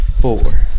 four